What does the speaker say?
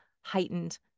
heightened